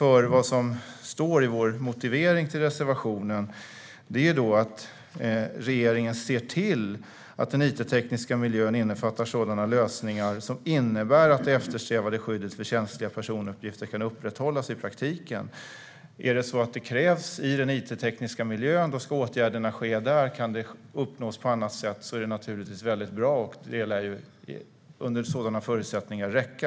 I vår motivering till reservationen står det att regeringen bör se till att it-miljön innefattar sådana lösningar som innebär att det eftersträvade skyddet för känsliga personuppgifter i praktiken kan upprätthållas. Om det krävs i it-miljön ska åtgärderna ske där. Om det kan uppnås på annat sätt är det naturligtvis väldigt bra, och det lär under sådana förutsättningar räcka.